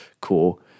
cool